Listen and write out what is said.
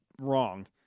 wrong